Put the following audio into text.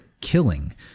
killing